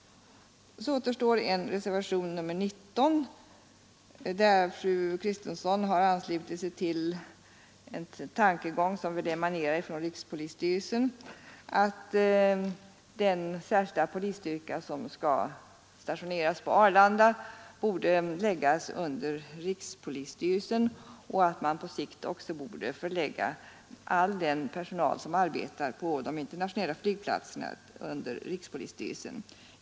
Så återstår reservationen 19, där fru Kristensson har anslutit sig till en tankegång som väl emanerar från rikspolisstyrelsen, att den särskilda polisstyrka som skall stationeras på Arlanda borde lyda under rikspolisstyrelsen och att man på sikt också borde förlägga all den personal som arbetar på de internationella flygplatserna under rikspolisstyrelsen.